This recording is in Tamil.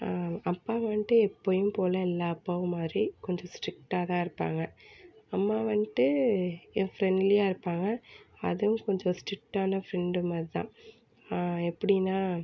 அப்பா வந்துட்டு எப்பவும் போல எல்லா அப்பாவும் மாதிரி கொஞ்சம் ஸ்ட்ரிக்ட்டாக தான் இருப்பாங்க அம்மா வந்துட்டு என் ஃப்ரெண்ட்லீயாக இருப்பாங்க அதுவும் கொஞ்சம் ஸ்ட்ரிக்ட்டான ஃப்ரெண்டு மாதிரி தான் எப்படின்னால்